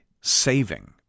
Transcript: saving